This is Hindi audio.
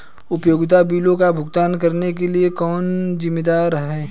उपयोगिता बिलों का भुगतान करने के लिए कौन जिम्मेदार है?